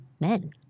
men